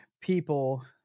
people